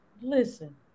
Listen